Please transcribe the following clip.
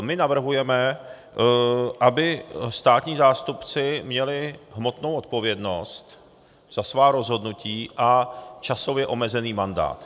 My navrhujeme, aby státní zástupci měli hmotnou odpovědnost za svá rozhodnutí a časově omezený mandát.